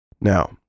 Now